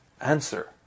answer